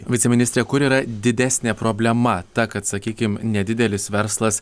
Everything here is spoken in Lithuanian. viceministre kur yra didesnė problema ta kad sakykim nedidelis verslas